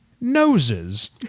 noses